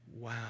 wow